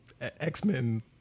X-Men